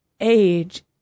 age